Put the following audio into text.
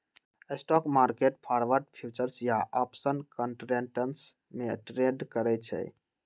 stock market forward, futures या option contracts में trade करई छई